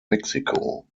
mexiko